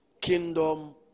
kingdom